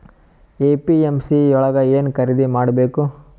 APMC ಯೊಳಗ ಏನ್ ಖರೀದಿದ ಮಾಡ್ಬೇಕು?